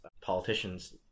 politicians